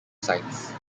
science